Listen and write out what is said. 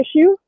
issue